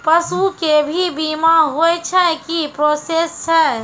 पसु के भी बीमा होय छै, की प्रोसेस छै?